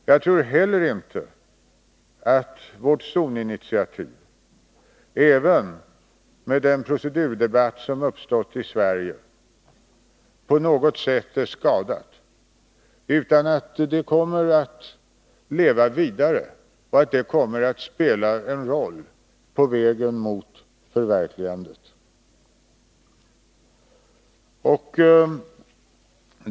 Jagtror inte heller att vårt zoninitiativ — även med den procedurdebatt som har uppstått i Sverige — på något sätt är skadat utan att det kommer att leva vidare och kommer att spela en roll på vägen mot förverkligandet.